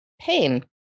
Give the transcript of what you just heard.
pain